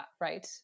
right